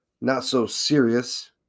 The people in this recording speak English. not-so-serious